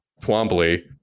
Twombly